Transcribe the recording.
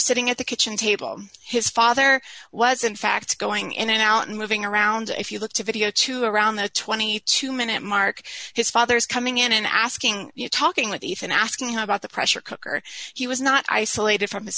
sitting at the kitchen table his father was in fact going in and out and moving around and if you look to video to around the twenty two minute mark his father's coming in and asking you talking with ethan asking him about the pressure cooker he was not isolated from his